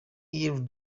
early